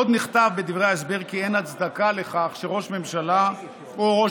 עוד נכתב בדברי ההסבר כי אין הצדקה לכך שראש ממשלה או ראש